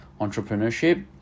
entrepreneurship